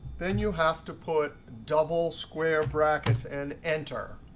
then you'll have to put double square brackets and enter.